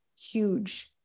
huge